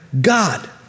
God